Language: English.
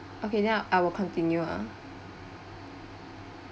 okay then I will continue ah